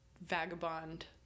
vagabond